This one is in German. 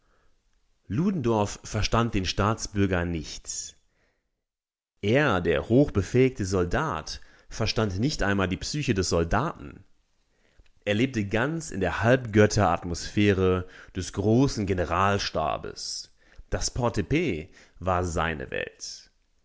ludendorff verstand den staatsbürger nicht er der hochbefähigte soldat verstand nicht einmal die psyche des soldaten er lebte ganz in der halbgötteratmosphäre des großen generalstabes das portepee war